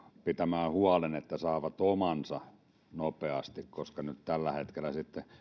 pitämään huolen että saavat omansa nopeasti koska tällä hetkellä